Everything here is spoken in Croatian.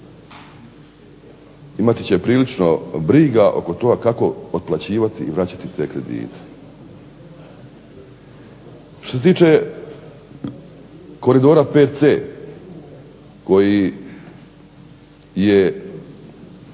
imati prilično briga oko toga kako otplaćivati i vraćati te kredite. Što se tiče koridora VC koji je